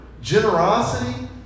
generosity